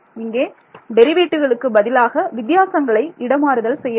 இங்கே டெரிவேட்டிவ்களுக்கு பதிலாக வித்தியாசங்களை இடமாறுதல் செய்ய வேண்டும்